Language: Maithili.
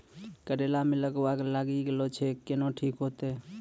करेला मे गलवा लागी जे छ कैनो ठीक हुई छै?